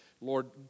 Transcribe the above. Lord